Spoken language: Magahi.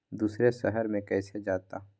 दूसरे शहर मे कैसे जाता?